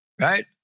right